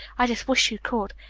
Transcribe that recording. i just wish you could.